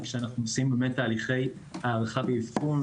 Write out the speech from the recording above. כי כשאנחנו עושים תהליכי הערכה ואבחון,